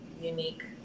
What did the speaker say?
unique